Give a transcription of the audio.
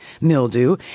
mildew